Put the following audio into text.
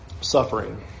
suffering